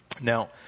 Now